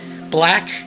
black